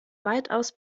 weitaus